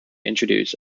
introduce